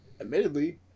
admittedly